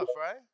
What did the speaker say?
right